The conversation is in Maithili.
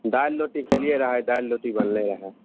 दालि रोटी खेलियै रहऽ आइ दालि रोटी बनलै इहाँ